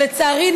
שלצערי,